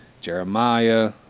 Jeremiah